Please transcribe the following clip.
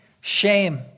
shame